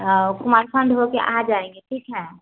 और कुमारखंड होकर आ जाएँगे ठीक है